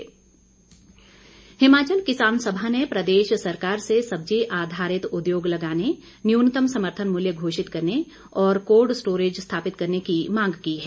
किसान समा हिमाचल किसान सभा ने प्रदेश सरकार से सब्जी आधारित उद्योग लगाने न्यूनतम समर्थन मूल्य घोषित करने और कोल्ड स्टोरेज स्थापित करने की मांग की है